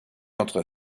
entre